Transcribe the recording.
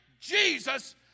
Jesus